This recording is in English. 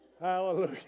hallelujah